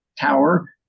tower